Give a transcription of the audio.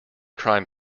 crime